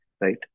Right